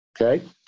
Okay